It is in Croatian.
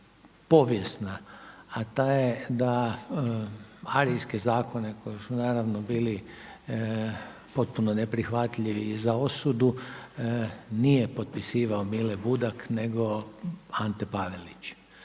povijesna, a ta je da arijevske zakone koji su naravno bili potpuno neprihvatljivi i za osudu nije potpisivao Mile Budak nego Ante Pavelić.